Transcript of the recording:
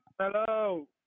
Hello